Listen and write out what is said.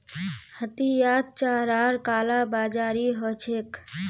हटियात चारार कालाबाजारी ह छेक